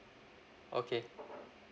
okay